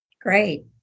Great